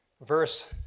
verse